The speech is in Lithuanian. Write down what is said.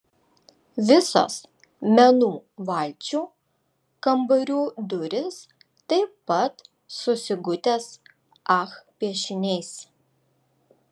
visos menų valčių kambarių durys taip pat su sigutės ach piešiniais